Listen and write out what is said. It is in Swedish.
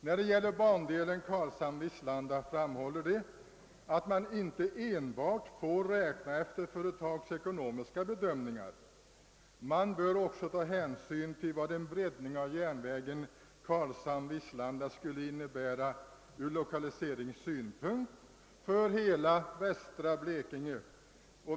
Beträffande bandelen Karlshamn—Vislanda framhåller de = att man inte enbart får göra företagsekonomiska bedömningar, man bör också ta hänsyn till vad en breddning av järnvägen Karlshamn —Vislanda skulle innebära ur lokaliseringssynpunkt för hela västra Blekinge.